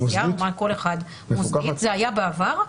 זה היה בעבר.